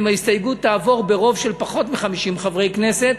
ואם ההסתייגות תעבור ברוב של פחות מ-50 חברי כנסת,